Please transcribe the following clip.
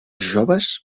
joves